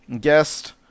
guest